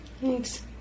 Thanks